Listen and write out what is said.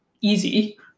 easy